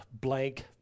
blank